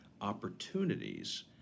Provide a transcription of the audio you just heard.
opportunities